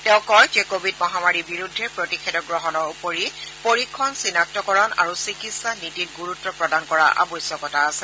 তেওঁ কয় যে কোৱিড মহামাৰীৰ বিৰুদ্ধে প্ৰতিষেধক গ্ৰহণৰ উপৰি পৰীক্ষণ চিনাক্তকৰণ আৰু চিকিৎসানীতিত গুৰুত্ব প্ৰদান কৰাৰ আৱশ্যকতা আছে